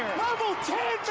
level ten,